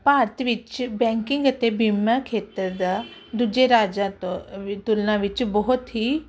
ਭਾਰਤ ਵਿੱਚ ਬੈਂਕਿੰਗ ਅਤੇ ਬੀਮਾ ਖੇਤਰ ਦਾ ਦੂਜੇ ਰਾਜਾਂ ਤੋਂ ਤੁਲਨਾ ਵਿੱਚ ਬਹੁਤ ਹੀ